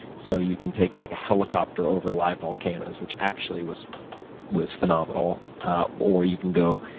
so you can take like a helicopter over live volcanoes, which actually was was phenomenon. or you can go